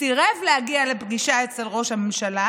סירב להגיע לפגישה אצל ראש הממשלה,